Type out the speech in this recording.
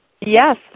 Yes